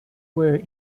were